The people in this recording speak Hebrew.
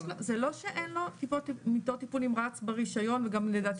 זה לא שאין לו מיטות טיפול נמרץ ברשיון וגם לדעתי